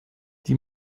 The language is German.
die